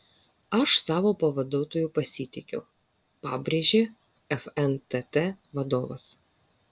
aš savo pavaduotoju pasitikiu pabrėžė fntt vadovas